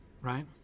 right